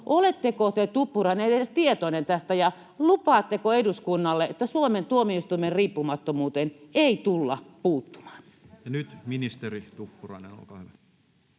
Oletteko te, Tuppurainen, edes tietoinen tästä ja lupaatteko eduskunnalle, että Suomen tuomioistuimen riippumattomuuteen ei tulla puuttumaan? [Speech 153] Speaker: Toinen varapuhemies